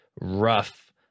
rough